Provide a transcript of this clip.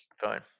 Fine